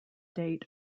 date